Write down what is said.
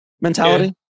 mentality